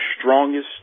strongest